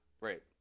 right